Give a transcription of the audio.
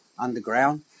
Underground